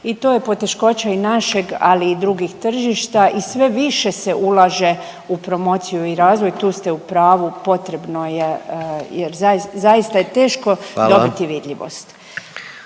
i to je poteškoća i našeg ali i drugih tržišta i sve više se ulaže u promociju i razvoj. Tu ste u pravu, potrebno je jer zaista, zaista